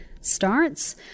starts